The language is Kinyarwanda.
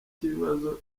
cy’ibibazo